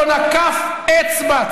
לא נקף אצבע,